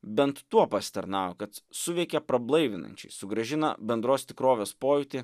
bent tuo pasitarnavo kad suveikė prablaivinančiai sugrąžino bendros tikrovės pojūtį